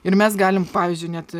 ir mes galim pavyzdžiui net